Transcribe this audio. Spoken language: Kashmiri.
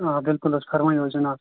آ بِلکُل حظ فرمٲیو حظ جِناب